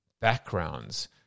backgrounds